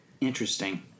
Interesting